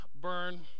burn